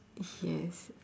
yes